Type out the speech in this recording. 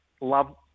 love